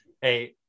Hey